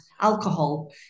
alcohol